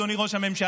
אדוני ראש הממשלה,